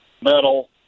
metal